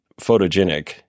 photogenic